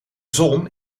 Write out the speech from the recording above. zon